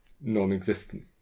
non-existent